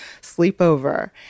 sleepover